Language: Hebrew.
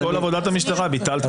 את כל עבודת המשטרה ביטלת.